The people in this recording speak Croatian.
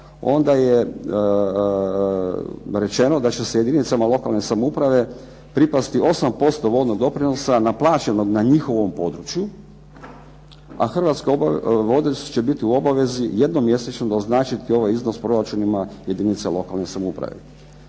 onda je rečeno da će se jedinicama lokalne samouprave pripasti 8% vodnog doprinosa naplaćenog na njihovom području, a Hrvatske vode će biti u obavezi jednom mjesečno doznačiti ovaj iznos proračunima jedinicama lokalne samouprave